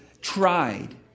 tried